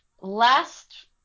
last